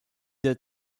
der